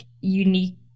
unique